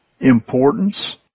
importance